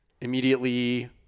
immediately